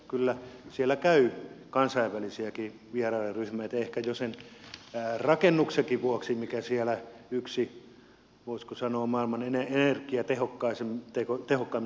kyllä siellä käy kansainvälisiäkin vierailijaryhmiä ehkä jo sen rakennuksenkin vuoksi mikä siellä on voisiko sanoa yksi maailman energiatehokkaimmista rakennuksista tämä luontokeskus